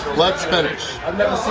let's finish!